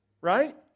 Right